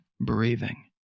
breathing